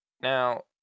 Now